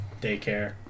daycare